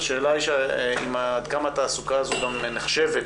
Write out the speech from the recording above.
והשאלה היא עד כמה התעסוקה הזאת גם נחשבת,